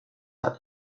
hat